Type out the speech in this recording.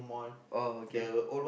oh okay